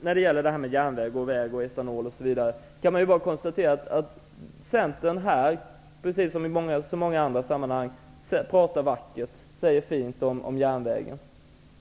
När det gäller järnvägar, vägar, etanol, osv., kan jag bara konstatera att Centern i detta sammang, precis som i många andra sammanhang, talar vackert om järnvägen.